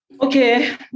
Okay